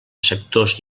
sectors